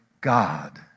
God